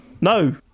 no